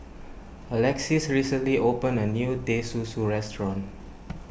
Alexis recently opened a new Teh Susu restaurant